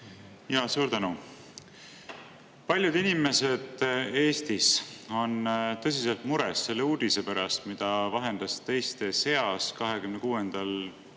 palun! Suur tänu! Paljud inimesed Eestis on tõsiselt mures selle uudise pärast, mida vahendas teiste seas 26.